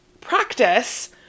practice